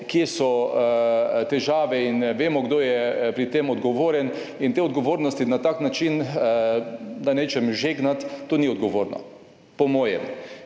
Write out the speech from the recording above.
kje so težave in vemo kdo je pri tem odgovoren in te odgovornosti na tak način, da ne rečem žegnati, to ni odgovorno po mojem.